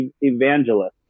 evangelist